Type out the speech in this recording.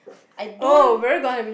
I don't